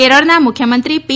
કેરળના મુખ્યમંત્રી પી